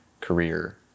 career